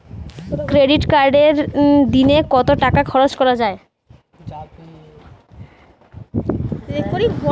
Credit কার্ডে দিনে কত টাকা খরচ করা যাবে?